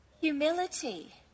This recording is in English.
humility